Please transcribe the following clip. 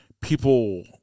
people